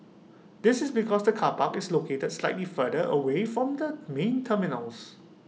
this is because the car park is located slightly further away from the main terminals